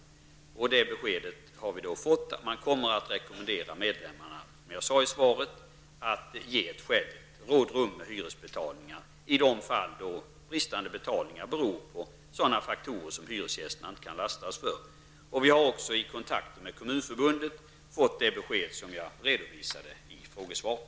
Vi har fått besked om att man kommer att ge medlemmarna en rekommendation. I svaret har jag skrivit att det bör ges ett skäligt rådrum beträffande hyresbetalningar i de fall då utebliven betalning beror på faktorer som hyresgästerna inte kan lastas för. Vid kontakter med Kommunförbundet har vi också fått det besked som jag redovisade i frågesvaret.